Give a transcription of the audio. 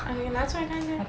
ah 你拿出来看看